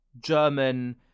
German